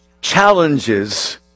challenges